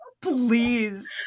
please